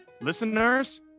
listeners